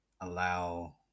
allow